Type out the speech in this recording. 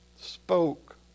Spoke